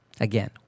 Again